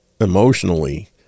emotionally